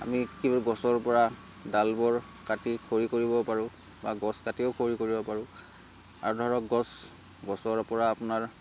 আমি কি বুলি গছৰপৰা ডালবোৰ কাটি খৰি কৰিব পাৰোঁ বা গছ কাটিও খৰি কৰিব পাৰোঁ আৰু ধৰক গছ গছৰপৰা আপোনাৰ